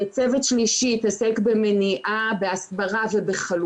להגברת המודעות של המשתתפים במסיבות ובקרב הציבור על גילוי אחריות